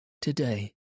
Today